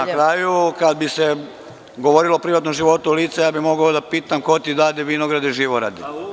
Na kraju, kada bi se govorilo o privatnom životu lica, ja bih mogao da pitam – ko ti dade vinograde, Živorade?